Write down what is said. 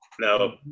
No